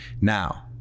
now